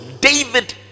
David